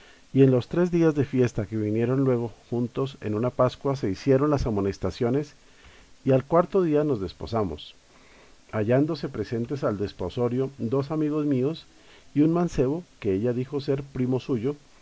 y en los tres días de fiesta que vinieron luego juntos en una pascua se hicieron las amonestaciones y al cuarto dí a nos desposamos hallándose presentes al desposorio dos amigos míos y un mancebo que ella dijo ser primo suyo